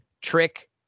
Trick